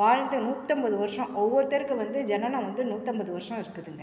வாழ்ந்து நூற்றைம்பது வருடம் ஒவ்வொருத்தருக்கு வந்து ஜனனம் வந்து நூற்றைம்பது வருடம் இருக்குதுங்க